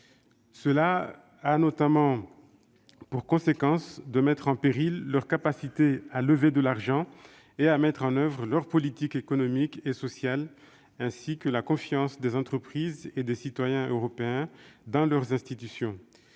Cela a notamment pour conséquence de mettre en péril leur capacité à lever de l'argent et à mettre en oeuvre leurs politiques économiques et sociales, ainsi que la confiance des entreprises et des citoyens européens dans leurs institutions.